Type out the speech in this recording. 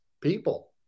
people